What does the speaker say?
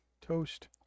Toast